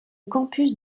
campus